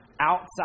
outside